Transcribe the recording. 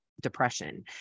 depression